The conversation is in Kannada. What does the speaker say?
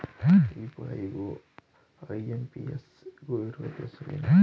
ಯು.ಪಿ.ಐ ಗು ಐ.ಎಂ.ಪಿ.ಎಸ್ ಗು ಇರುವ ವ್ಯತ್ಯಾಸವೇನು?